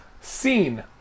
Scene